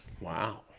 Wow